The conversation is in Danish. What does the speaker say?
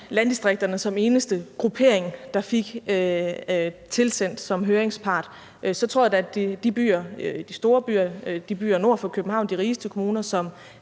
landdistrikterne som eneste gruppering, der fik det tilsendt som høringspart, så tror jeg da, at de store byer, og de byer, der ligger nord for København, de rigeste kommuner, som